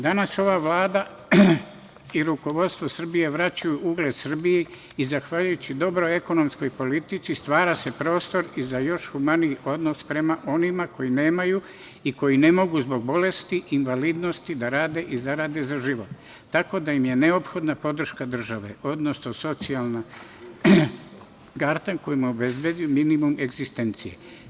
Danas ova vlada i rukovodstvo Srbije vraćaju ugled Srbiji i zahvaljujući dobroj ekonomskoj politici stvara se prostor za još humaniji odnos prema onima koji nemaju i koji ne mogu zbog bolesti i invalidnosti da rade i zarade za život, tako da im je neophodna podrška države, odnosno socijalna karta kojim obezbeđuju minimum egzistencije.